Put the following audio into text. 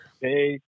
Hey